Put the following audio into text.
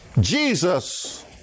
Jesus